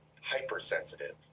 hypersensitive